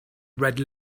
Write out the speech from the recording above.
red